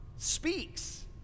speaks